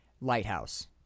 Lighthouse